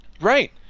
right